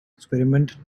experiment